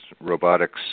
robotics